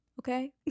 okay